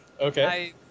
Okay